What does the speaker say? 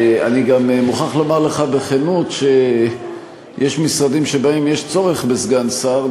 אני גם מוכרח לומר לך בכנות שיש משרדים שבהם יש צורך בסגן שר,